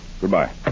Goodbye